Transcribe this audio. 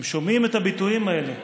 הם שומעים את הביטויים האלה: